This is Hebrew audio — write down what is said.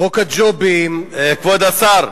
חוק הג'ובים, כבוד השר.